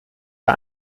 der